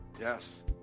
yes